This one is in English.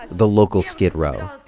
the local skid row,